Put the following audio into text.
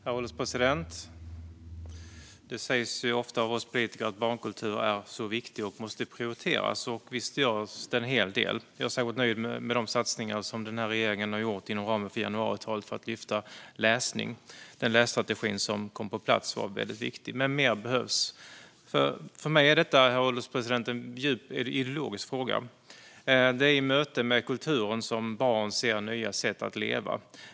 Herr ålderspresident! Det sägs ofta av oss politiker att barnkultur är så viktig och att den måste prioriteras. Visst görs det en hel del. Jag är nöjd med de satsningar som regeringen har gjort inom ramen för januariavtalet för att lyfta fram läsning. Den lässtrategi som kom på plats var väldigt viktig. Men mer behövs. För mig är detta, herr ålderspresident, en djupt ideologisk fråga. Det är i möte med kulturen som barn ser nya sätt att leva.